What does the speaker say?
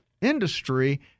industry